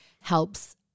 helps